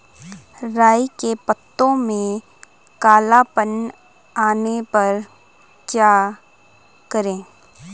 राई के पत्तों में काला पन आने पर क्या करें?